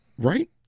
Right